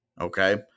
Okay